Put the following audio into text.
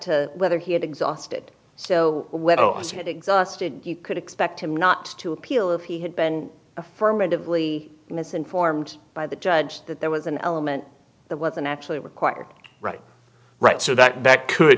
to whether he had exhausted so well as had exhausted you could expect him not to appeal if he had been affirmatively misinformed by the judge that there was an element that wasn't actually required right